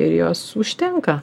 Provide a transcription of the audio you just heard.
ir jos užtenka